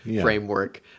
framework